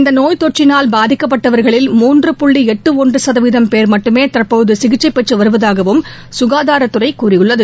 இந்த நோய் தொற்றினால் பாதிக்கப்பட்டவர்களில் மூன்று புள்ளி எட்டு ஒன்று சுதவீதம் பேர் மட்டுமே தற்போது சிகிச்சை பெற்று வருவதாகவும் சுகாதாரத்துறை கூறியுள்ளது